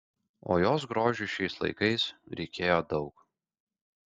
o jos grožiui šiais laikais reikėjo daug